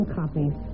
copies